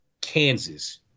Kansas